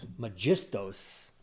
Magistos